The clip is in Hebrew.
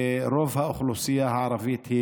ורוב האוכלוסייה הערבית היא